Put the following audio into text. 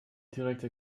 direkte